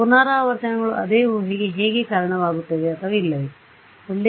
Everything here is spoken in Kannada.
ಪುನರಾವರ್ತನೆಗಳು ಅದೇ ಊಹೆಗೆ ಹೇಗೆ ಕಾರಣವಾಗುತ್ತವೆಯೇ ಅಥವಾ ಇಲ್ಲವೇ